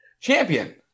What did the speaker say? champion